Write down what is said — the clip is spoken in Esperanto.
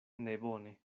nebone